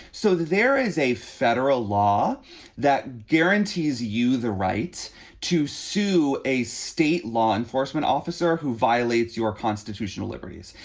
so there is a federal law that guarantees you the right to sue a state law enforcement officer who violates your constitutional liberties.